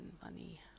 funny